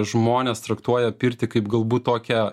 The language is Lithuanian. žmonės traktuoja pirtį kaip galbūt tokią